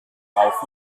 rauf